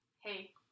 hey